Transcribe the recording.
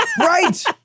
Right